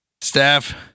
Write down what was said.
Staff